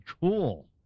cool